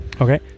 Okay